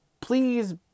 please